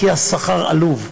כי השכר עלוב.